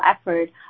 effort